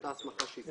אותה הסמכה שהזכרתי